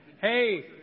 Hey